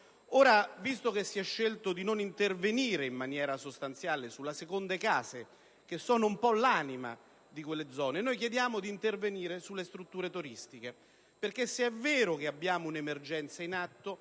Visto che si è deciso di non intervenire in modo sostanziale sulle seconde case, che sono un po' l'anima di quelle zone, chiediamo di intervenire sulle strutture turistiche. Infatti, se è vero che abbiamo un'emergenza in atto,